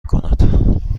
کند